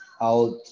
out